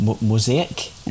Mosaic